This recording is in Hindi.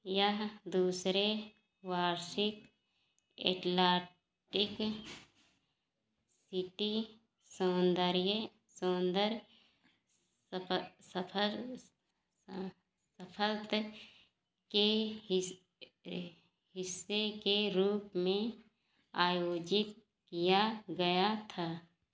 यहाँ दूसरे वार्षिक एटलाटिक सिटी सौन्दर्य सुंदर सफर उस के हिस्से के रूप में आयोजित किया गया था